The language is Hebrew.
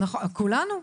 כולנו.